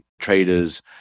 traders